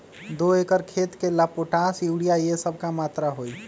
दो एकर खेत के ला पोटाश, यूरिया ये सब का मात्रा होई?